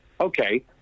Okay